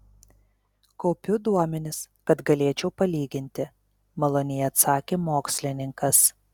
kaupiu duomenis kad galėčiau palyginti maloniai atsakė mokslininkas